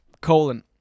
colon